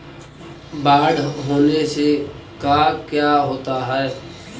बाढ़ होने से का क्या होता है?